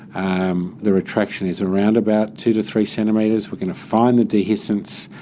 um the retraction is around about two to three centimetres, we're going to find the dehiscence,